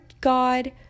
God